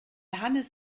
hannes